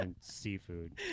seafood